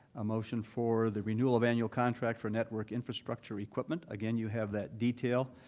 a motion for the renewal of annual contract for network infrastructure equipment. again, you have that detail,